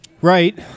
Right